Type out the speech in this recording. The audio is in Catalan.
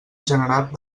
generat